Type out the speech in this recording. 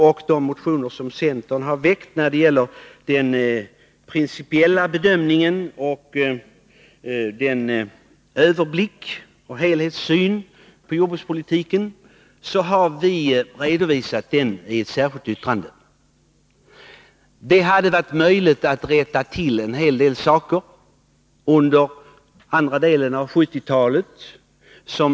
Centern har i ett särskilt yttrande redovisat sina ståndpunkter beträffande principiell bedömning, överblick och helhetssyn på jordbrukspolitiken. Det hade varit möjligt att rätta till en hel del saker under andra delen av 1970-talet.